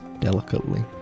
delicately